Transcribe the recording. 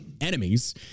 enemies